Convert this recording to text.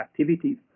activities